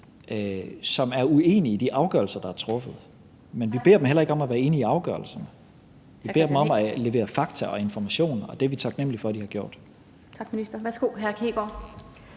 som er uenige i de afgørelser, der er truffet. Men vi beder dem heller ikke om at være enige i afgørelserne, vi beder dem om at levere fakta og information, og det er vi taknemlige for de har gjort. Kl. 16:11 Den fg.